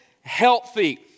Healthy